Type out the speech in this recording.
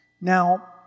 now